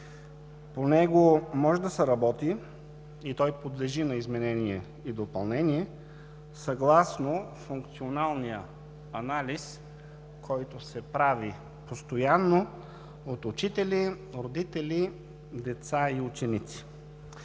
По него може да се работи и подлежи на изменение и допълнение съгласно функционалния анализ, който се прави постоянно от учители, родители, деца и ученици.